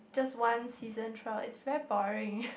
just one season throughout it's very boring